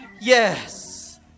Yes